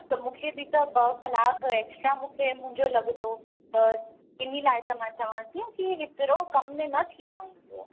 त मूंखे बि त ॿ कलाक एक्स्ट्रा मूंखे मुंहिंजो लॻंदो त इन लाइ त मां चवां थी की एतिरो कम में न थी पाईंदो